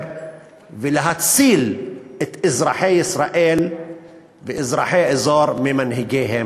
ולהציל את אזרחי ישראל ואזרחי האזור ממנהיגיהם.